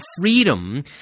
freedom